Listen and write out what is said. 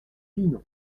pinon